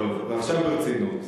טוב, עכשיו ברצינות.